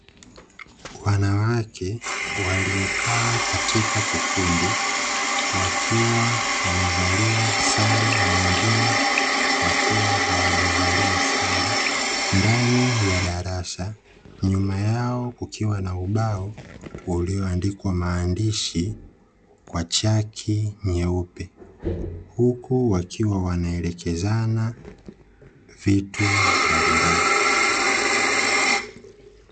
Wanawake waliokaa katika kikundi wakiwa wamevalia sare na wengine wakiwa hawajavalia sare; ndani ya darasa nyuma yao kukiwa na ubao, ulioandikwa maandishi kwa chaki nyeupe, huku wakiwa wanaelekezana vitu mbalimbali.